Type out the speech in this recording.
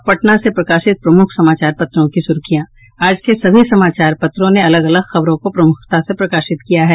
अब पटना से प्रकाशित प्रमुख समाचार पत्रों की सुर्खियां आज के सभी समाचार पत्रों ने अलग अलग खबरों को प्रमुखता से प्रकाशित किया है